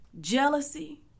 jealousy